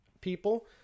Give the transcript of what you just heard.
people